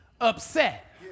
upset